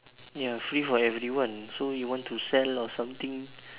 ya free for everyone so you want to sell or something